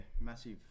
Massive